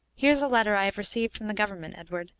here's a letter i have received from the government, edward,